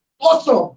awesome